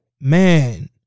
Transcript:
man